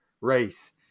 race